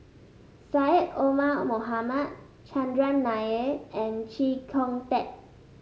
Syed Omar Mohamed Chandran Nair and Chee Kong Tet